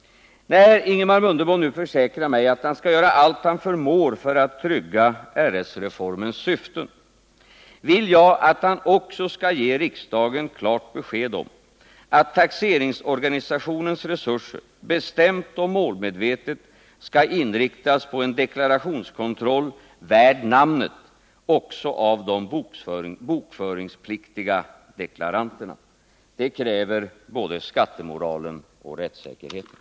När Ingemar Mundebo nu försäkrar mig att han skall göra allt han förmår för att trygga RS-reformens syften vill jag att han också skall ge riksdagen klart besked om att taxeringsorganisationens resurser bestämt och målmedvetet skall inriktas på en deklarationskontroll, värd namnet, också av de bokföringspliktiga deklaranterna. Det kräver både skattemoralen och rättssäkerheten.